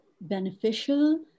beneficial